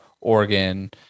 Oregon